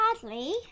sadly